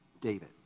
David